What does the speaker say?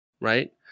right